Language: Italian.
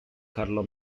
carlo